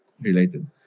related